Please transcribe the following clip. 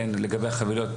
לגבי החבילות,